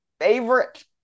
favorite